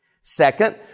Second